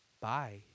Bye